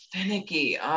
finicky